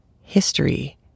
history